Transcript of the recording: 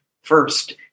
first